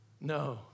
no